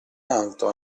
alto